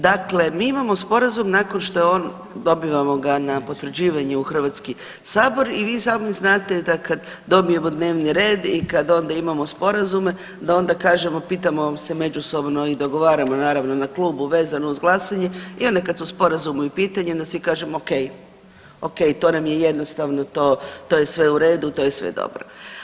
Dakle mi imamo sporazum nakon što je on, dobivamo ga na potvrđivanje u Hrvatski sabor i vi sami znate da kada dobijemo dnevni red i kada onda imamo sporazume da onda kažemo, pitamo se međusobno i dogovaramo naravno na klubu vezano uz glasanje i onda kada su sporazumi u pitanju onda svi kažemo ok, ok to nam je jednostavno to je sve u redu, to je sve dobro.